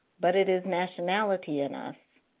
but it is nationality in us,